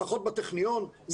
לפחות בטכניון,